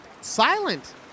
Silent